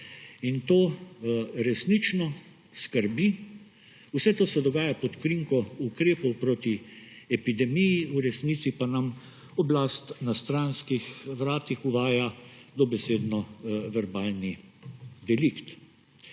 In to resnično skrbi. Vse to se dogaja pod krinko ukrepov proti epidemiji, v resnici pa nam oblast na stranskih vratih uvaja dobesedno verbalni delikt.